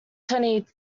twenty